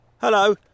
hello